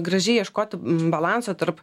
gražiai ieškoti balanso tarp